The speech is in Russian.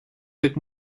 как